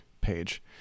page